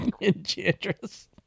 Enchantress